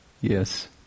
yes